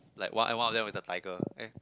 like what one of them was a tiger